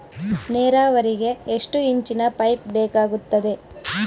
ನೇರಾವರಿಗೆ ಎಷ್ಟು ಇಂಚಿನ ಪೈಪ್ ಬೇಕಾಗುತ್ತದೆ?